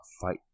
fight